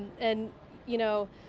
and you know,